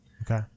Okay